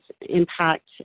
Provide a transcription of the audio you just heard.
impact